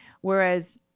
Whereas